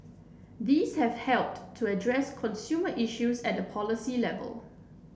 these have helped to address consumer issues at policy level